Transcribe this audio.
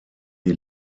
die